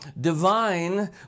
divine